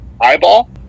Eyeball